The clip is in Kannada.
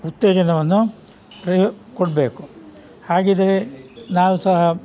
ಉತ್ತೇಜನವನ್ನು ಪ್ರಯೋ ಕೊಡಬೇಕು ಹಾಗಿದ್ದರೆ ನಾವೂ ಸಹ